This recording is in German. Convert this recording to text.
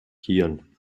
hirn